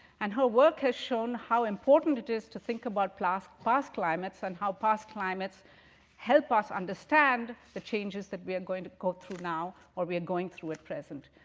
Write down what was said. and her work has shown how important it is to think about past past climates, and how past climates help us understand the changes that we're going to go through now, or we're going through at present.